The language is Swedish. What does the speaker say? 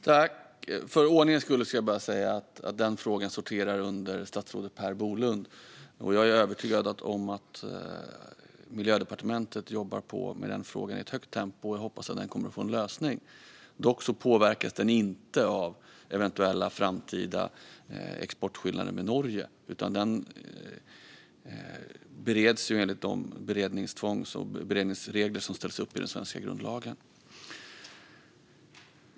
Herr talman! För ordningens skull ska jag bara säga att den frågan sorterar under statsrådet Per Bolund. Jag är övertygad om att Miljödepartementet jobbar på med den frågan i ett högt tempo, och jag hoppas att den kommer att få en lösning. Dock påverkas den inte av eventuella framtida exportskillnader med Norge, utan den bereds enligt de regler som ställs upp i den svenska grundlagen.